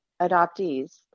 adoptees